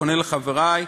ופונה לחברי,